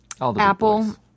Apple